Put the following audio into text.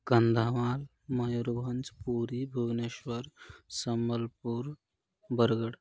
कन्धावाल् मयूरगञ्च् पूरि भुवनेश्वरः सम्मलपूरं बर्गड्